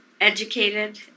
educated